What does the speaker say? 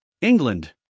England